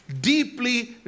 Deeply